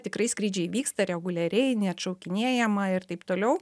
tikrai skrydžiai vyksta reguliariai niatšaukinėjama ir taip toliau